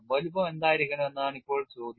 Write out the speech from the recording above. വലുപ്പം എന്തായിരിക്കണം എന്നതാണ് ഇപ്പോൾ ചോദ്യം